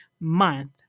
month